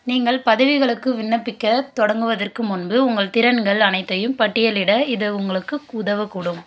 நீங்கள் பதவிகளுக்கு விண்ணப்பிக்கத் தொடங்குவதற்கு முன்பு உங்கள் திறன்கள் அனைத்தையும் பட்டியலிட இது உங்களுக்கு உதவக்கூடும்